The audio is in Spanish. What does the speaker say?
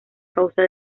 causa